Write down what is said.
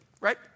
Right